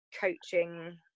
coaching